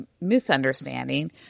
misunderstanding